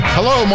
Hello